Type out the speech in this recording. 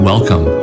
Welcome